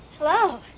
hello